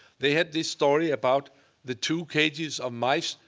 they had this story about the two cages of mice.